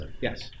Yes